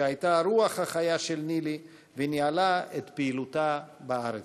שהייתה הרוח החיה בניל"י וניהלה את פעילותה בארץ.